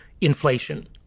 inflation